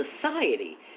Society